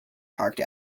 parked